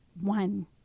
one